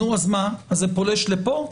אז זה פולש לפה?